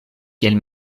kiel